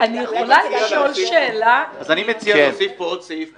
אז אני מציע להוסיף עוד סעיף בצו,